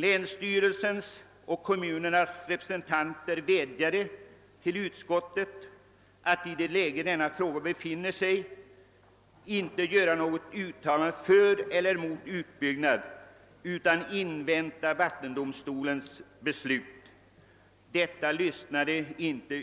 Länsstyrelsens och kommunernas representanter vädjade till utskottet att i det läge frågan befinner sig inte göra något uttalande för eller emot en utbyggnad utan invänta vattendomstolens beslut. Detta lyssnade